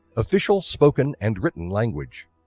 official spoken and written language.